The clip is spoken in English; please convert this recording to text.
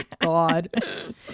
God